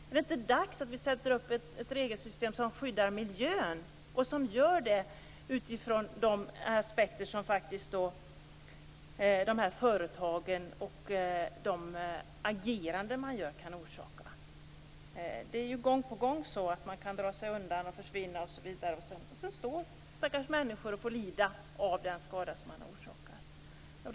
Är det inte dags att sätta upp ett regelsystem som skyddar miljön mot det som företagen och deras ageranden kan orsaka? Gång på gång kan de dra sig undan och försvinna, och sedan står stackars människor kvar och får lida av den skada som företagen har orsakat.